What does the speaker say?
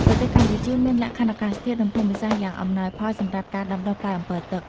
ប្រទេសកម្ពុជាមានលក្ខខណ្ឌអាកាសធាតុ និងភូមិសាស្ត្រយ៉ាងអំណោយផលសម្រាប់ការដាំដុះផ្លែអម្ពិលទឹក។